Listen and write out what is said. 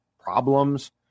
problems